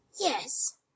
Yes